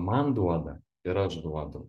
man duoda ir aš duodu